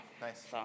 Nice